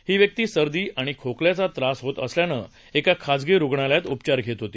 ही व्यक्ती सर्दी आणि खोकल्याचा त्रास होत असल्यानं एका खाजगी रुग्णालयात उपचार घेत होती